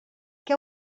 què